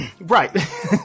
Right